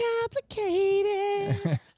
complicated